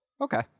Okay